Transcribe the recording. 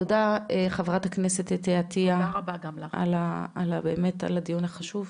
תודה חברת הכנסת אתי עטיה על הדיון החשוב.